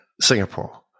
Singapore